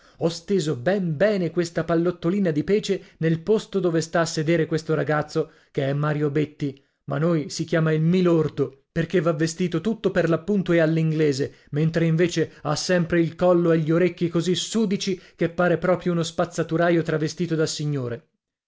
ho steso ben bene questa pallottolina di pece nel posto dove sta a sedere questo ragazzo che è mario betti ma noi si chiama il mi lordo perché va vestito tutto per l'appunto e all'inglese mentre invece ha sempre il collo e gli orecchi così sudici che pare proprio uno spazzaturaio travestito da signore